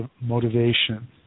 motivation